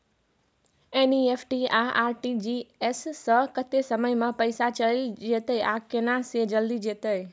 NEFT आ RTGS स कत्ते समय म पैसा चैल जेतै आ केना से जल्दी जेतै?